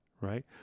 Right